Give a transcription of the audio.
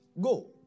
Go